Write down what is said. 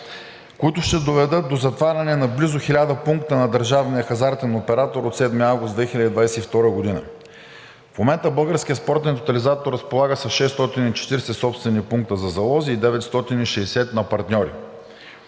които ще доведат до затваряне на близо 1000 пункта на държавния хазартен оператор от 7 август 2022 г. В момента Българският спортен тотализатор разполага с 640 собствени пункта за залози и 960 на партньори.